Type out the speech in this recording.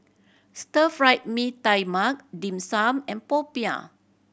Stir Fry Mee Tai Mak Dim Sum and popiah